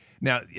Now